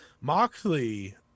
moxley